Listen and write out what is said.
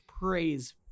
praise